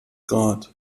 grad